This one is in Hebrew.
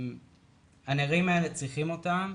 הנערים האלה צריכים אותם,